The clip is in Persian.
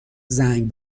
زنگ